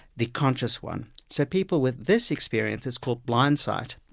the conscious one. so people with this experience it's called blind sight,